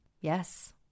Yes